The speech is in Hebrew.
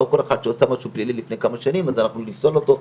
לא כל אחד שעשה משהו פלילי לפני כמה שנים נפסול אותו,